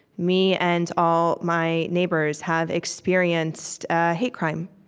me and all my neighbors have experienced a hate crime.